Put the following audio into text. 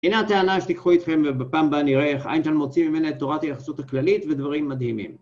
הנה הטענה שתיקחו אתכם בפעם הבאה, נראה איך איינשטיין מוציא ממנה תורת היחסות הכללית ודברים מדהימים.